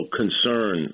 concern